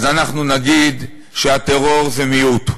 אז אנחנו נגיד שהטרור זה מיעוט,